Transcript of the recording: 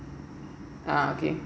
okay